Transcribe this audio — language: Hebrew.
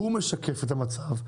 הוא משקף את המצב.